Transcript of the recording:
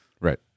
Right